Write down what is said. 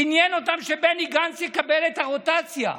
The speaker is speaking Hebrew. עניין אותם שבני גנץ יקבל את הרוטציה,